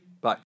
Bye